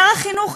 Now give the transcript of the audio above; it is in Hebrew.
שר החינוך,